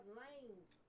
lanes